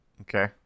Okay